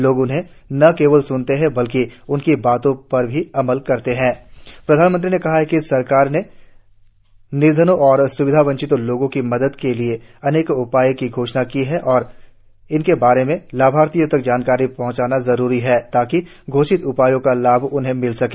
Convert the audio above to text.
लोग उन्हें न केवल स्नते हैं बल्कि उनकी बातों पर अमल भी करते हैं प्रधानमंत्री ने कहा कि सरकार ने निर्धनों और स्विधा वंचित लोगों की मदद के लिए अनेक उपायों की घोषणा की है और इनके बारे में लाभार्थियों तक जानकारी पहंचाना जरूरी है ताकि घोषित उपायों का लाभ उन्हें मिल सके